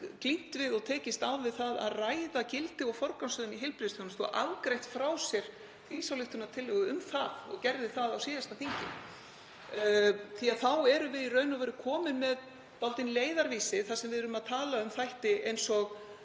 glímt við og tekist á við það að ræða gildi og forgangsröðun í heilbrigðisþjónustu og afgreitt frá sér þingsályktunartillögu um það, gerði það á síðasta þingi. Þá erum við í raun og veru komin með dálítinn leiðarvísi þar sem við erum að tala um þætti eins og